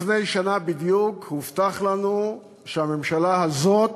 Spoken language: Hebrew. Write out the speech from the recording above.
לפני שנה בדיוק הובטח לנו שהממשלה הזאת